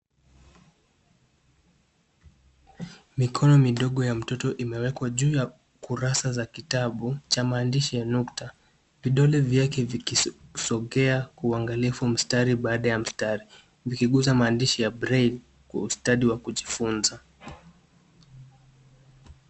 Mikono midogo ya mtoto imewekwa juu ya kurasa za kitabu, cha maandishi ya nukta. Vidole vyake vikisogea kwa uangalifu mstari baada ya mstari. Ukiguza maandishi ya braille , kwa ustadi wa kujifunza.